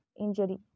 injury